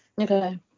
Okay